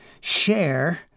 share